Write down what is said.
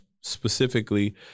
specifically